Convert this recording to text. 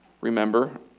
Remember